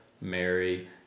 Mary